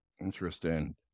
Interesting